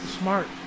Smart